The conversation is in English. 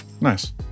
Nice